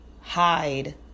hide